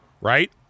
right